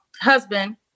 husband